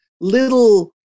little